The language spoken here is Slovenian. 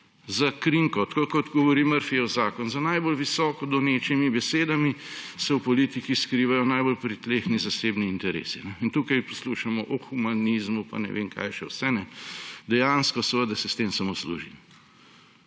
s krinko, tako kot govori Murphyjev zakon – za najbolj visoko donečimi besedami se v politiki skrivajo najbolj pritlehni zasebni interesi. In tukaj poslušamo o humanizmu pa ne vem kaj še vse. Dejansko se s tem samo služi.